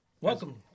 Welcome